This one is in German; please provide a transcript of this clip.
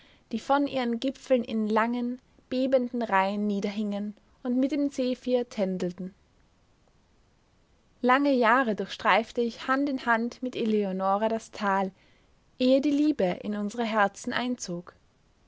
die von ihren gipfeln in langen bebenden reihen niederhingen und mit dem zephir tändelten lange jahre durchstreifte ich hand in hand mit eleonora das tal ehe die liebe in unsere herzen einzog